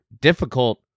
difficult